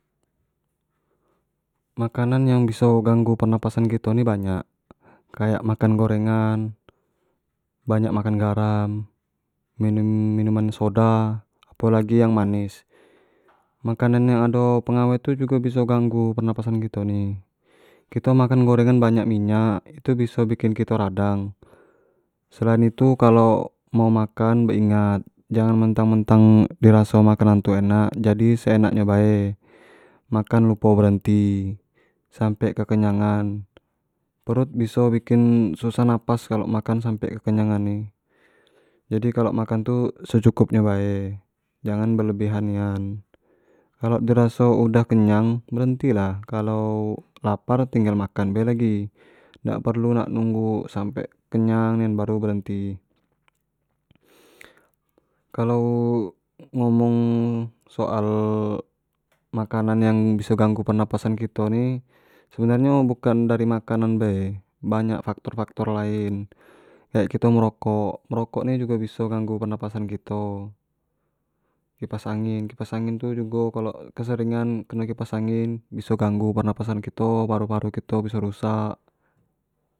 makanan yang biso ganggu pernapasan kito ni banyak, kayak makan gorengan, banyak makan garam, minum-minuman soda apo lagi yang manis, makanan yang ado pengawet tu jugo biso ganggu pernapasan kito ni, kito makan gorengan banyak minyak biso bikin radang, selain itu kalo mau makan baik ingat jangan mentang-mentang di raso makanan tu enak jadi se enak bae makan lupo berenti sampe kekenyangan, perut biso bikin susah makan kalo sampe kekenyangan ni. jadi kalo makan ni secukup nyo bae, jangan belebihan nian kalo di raso sudah kenyang berenti lah, kalo lapar ambel bae lagi dak perlu nak nunggu sampe kenyang nian baru berenti kalua ngomong soal makanan yang biso ganggu pernapasan kito ni sebanrnyo bukan dari makanan bae banyak dari faktor-faktor lain, kayak kito merokok, merokok ni jugo biso ganggu pernapasan kito, kipas angin, kipas angin tu kalo jugo keseringan keno kipas angin biso ganggu pernapasan kito, paru-paru kito bisa rusak.